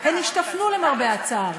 הן השתפנו, למרבה הצער.